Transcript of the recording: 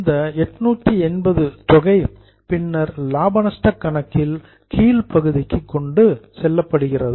இந்த 880 தொகை பின்னர் லாப நஷ்டக் கணக்கு கீழ் பகுதிக்கு கொண்டு செல்லப்படுகிறது